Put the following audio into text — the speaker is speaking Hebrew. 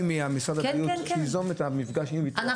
ממשרד הבריאות ליזום את המפגש הזה --- כן,